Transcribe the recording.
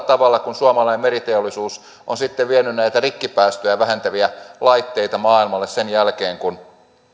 tavalla kuin suomalainen meriteollisuus on vienyt näitä rikkipäästöjä vähentäviä laitteita maailmalle sen jälkeen kun